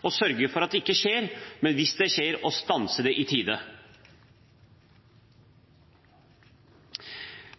å sørge for at det ikke skjer, men hvis det skjer, å stanse det i tide.